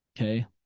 Okay